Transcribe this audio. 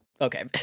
okay